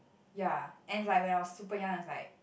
ya and like when I was super young is like